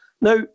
Now